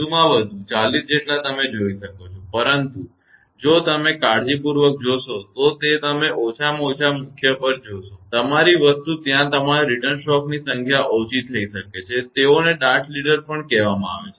વધુમાં વધુ 40 જેટલા તમે જોઈ શકો છો પરંતુ જો તમે કાળજીપૂર્વક જોશો તો તમે ઓછામાં ઓછા મુખ્ય પછી જોશો તમારી વસ્તુ ત્યાં તમારા રિટર્ન સ્ટ્રોકની સંખ્યા ઓછી હોઈ શકે છે તેઓને ડાર્ટ લીડર પણ કહેવામાં આવે છે